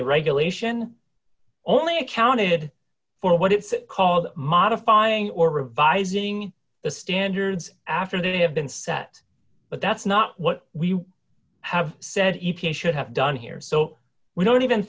the regulation only accounted for what it's called modifying or revising the standards after that have been set but that's not what we have said e t a should have done here so we don't even